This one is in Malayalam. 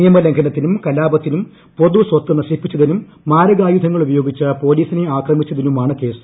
നിയമ ലംഘനത്തിനും കലാപത്തിനും പൊതുസ്വത്ത് നശിപ്പിച്ചതിനും മാരകായുധങ്ങൾ ഉപയോഗിച്ച് പൊലീസിനെ ആക്രമിച്ചതിനുമാണ് കേസ്